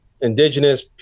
indigenous